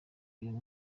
uyu